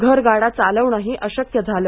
घरगाडा चालवणेही अशक्य झाले